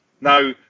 Now